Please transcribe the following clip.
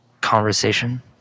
conversation